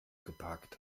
geparkt